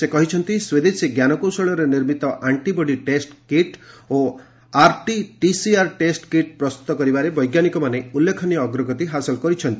ସେ କହିଛନ୍ତି ସ୍ୱଦେଶୀ ଜ୍ଞାନକୌଶଳରେ ନିର୍ମିତ ଆଣ୍ଟିବଡି ଟେଷ୍ଟ୍ କିଟ୍ ଓ ଆର୍ଟି ଟିସିଆର୍ ଟେଷ୍ଟ କିଟ୍ ପ୍ରସ୍ତୁତ କରିବାରେ ବୈଜ୍ଞାନିକମାନେ ଉଲ୍ଲେଖନୀୟ ଅଗ୍ରଗତି ହାସଲ କରିଛନ୍ତି